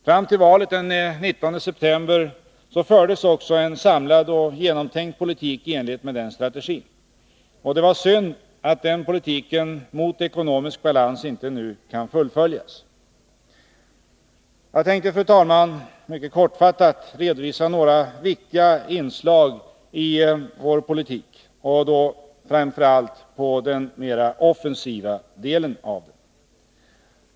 Fram till valet den 19 september fördes också en samlad och genomtänkt politik i enlighet med den strategin. Och det är synd att den politiken, inriktad på att uppnå ekonomisk balans, inte nu kan fullföljas. Jag skall, fru talman, mycket kortfattat redovisa några viktiga inslag i vår politik, framför allt på den mer offensiva delen.